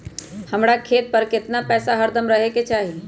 हमरा खाता पर केतना पैसा हरदम रहे के चाहि?